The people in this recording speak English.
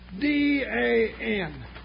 D-A-N